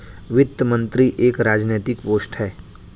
वित्त मंत्री एक राजनैतिक पोस्ट है